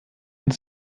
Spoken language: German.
und